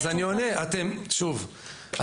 מה הקשר --- שוב,